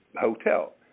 hotel